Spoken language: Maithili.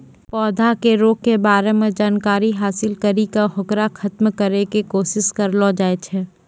पौधा के रोग के बारे मॅ जानकारी हासिल करी क होकरा खत्म करै के कोशिश करलो जाय छै